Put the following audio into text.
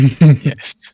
Yes